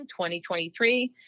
2023